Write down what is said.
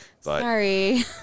Sorry